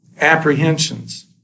apprehensions